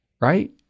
right